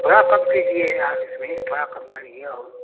थोड़ा कम कीजिए आप इसमें थोड़ा कम करिए और